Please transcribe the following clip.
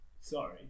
sorry